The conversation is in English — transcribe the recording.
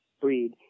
breed